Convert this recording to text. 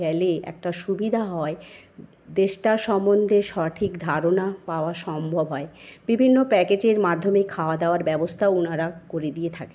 গেলে একটা সুবিধা হয় দেশটা সম্বন্ধে সঠিক ধারণা পাওয়া সম্ভব হয় বিভিন্ন প্যাকেজের মাধ্যমে খাওয়া দাওয়ার ব্যবস্থা ওনারা করে দিয়ে থাকে